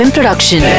Production